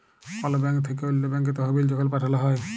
call bank থ্যাইকে অল্য ব্যাংকে তহবিল যখল পাঠাল হ্যয়